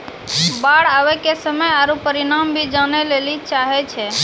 बाढ़ आवे के समय आरु परिमाण भी जाने लेली चाहेय छैय?